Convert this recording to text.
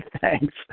Thanks